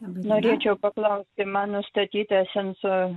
norėčiau paklausti man nustatyta senso